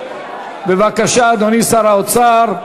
בבקשה, אדוני שר האוצר.